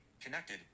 connected